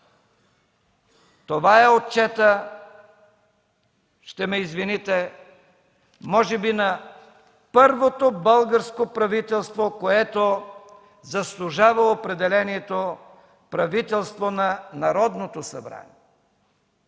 Това е отчетът, ще ме извините, може би на първото българско правителство, което заслужава определението „правителство на Народното събрание”,